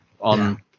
on